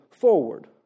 forward